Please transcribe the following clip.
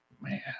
man